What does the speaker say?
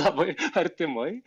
labai artimai